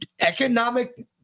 economic